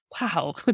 wow